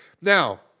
Now